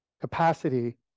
capacity